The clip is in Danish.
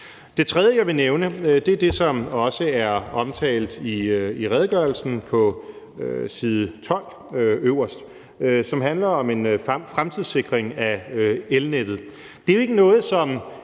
Det tredje, jeg vil nævne, er det, som også er omtalt i redegørelsen på side 12 øverst, og som handler om en fremtidssikring af elnettet.